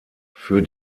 für